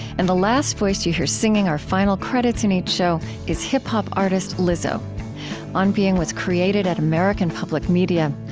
and the last voice you hear, singing our final credits in each show, is hip-hop artist lizzo on being was created at american public media.